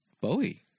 Bowie